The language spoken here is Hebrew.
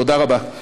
תודה רבה.